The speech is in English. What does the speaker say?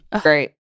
great